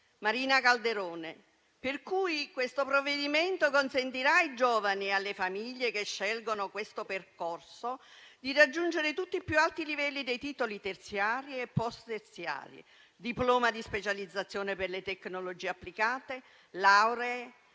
Marina Calderone, per cui questo provvedimento consentirà ai giovani e alle famiglie che scelgono questo percorso di raggiungere tutti i più alti livelli dei titoli terziari e post terziari: diploma di specializzazione per le tecnologie applicate, lauree,